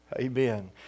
Amen